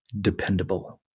dependable